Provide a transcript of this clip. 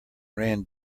ran